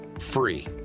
free